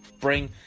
bring